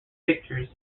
pictures